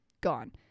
gone